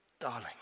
Darling